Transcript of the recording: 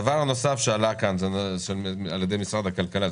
דבר נוסף שעלה כאן על ידי משרד הכלכלה,